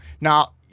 Now